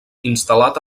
instal·lat